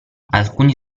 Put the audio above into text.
alcuni